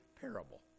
parable